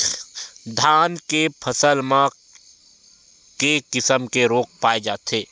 धान के फसल म के किसम के रोग पाय जाथे?